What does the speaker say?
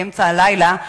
באמצע הלילה,